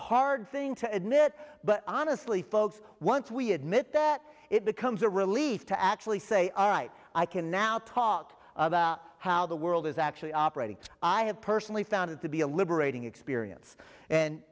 hard thing to admit but honestly folks once we admit that it becomes a relief to actually say i can now talk about how the world is actually operating i have personally found it to be a liberating experience and